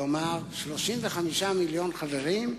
כלומר, 35 מיליון חברים,